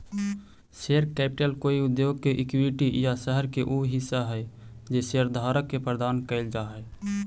share capital कोई उद्योग के इक्विटी या शहर के उ हिस्सा हई जे शेयरधारक के प्रदान कैल जा हई